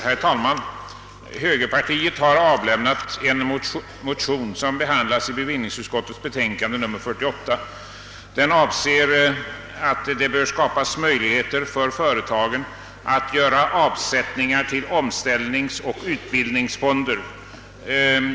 Herr talman! Högerpartiet har avlämnat en motion som behandlas i bevillningsutskottets betänkande nr 48. Den avser att skapa möjligheter för företagen att göra avsättningar till omställningsoch utbildningsfonder.